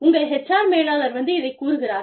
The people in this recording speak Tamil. உங்கள் HR மேலாளர் வந்து இதைக் கூறுகிறார்